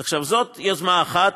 עכשיו, זאת יוזמה אחת.